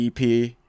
EP